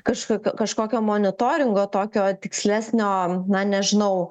kažkokio kažkokio monitoringo tokio tikslesnio na nežinau